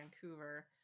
vancouver